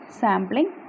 sampling